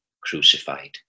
crucified